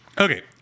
Okay